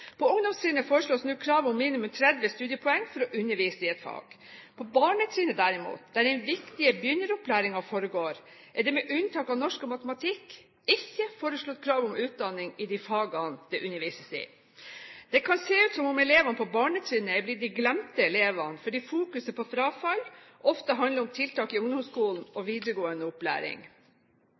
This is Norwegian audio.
På ungdomstrinnet foreslås nå krav om minimum 30 studiepoeng for å undervise i et fag. På barnetrinnet derimot, der den viktige begynneropplæringen foregår, er det med unntak av norsk og matematikk ikke foreslått krav om utdanning i de fagene det undervises i. Det kan se ut som om elevene på barnetrinnet er blitt de glemte elevene, fordi fokuset på frafall ofte handler om tiltak i ungdomsskolen og i videregående opplæring.